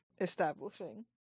Establishing